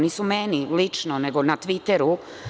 Nisu meni lično, nego na Tviteru.